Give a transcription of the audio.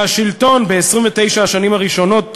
שהשלטון ב-29 השנים הראשונות למדינתנו,